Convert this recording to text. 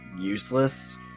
useless